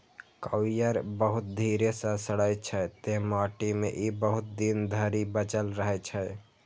coir बहुत धीरे सं सड़ै छै, तें माटि मे ई बहुत दिन धरि बचल रहै छै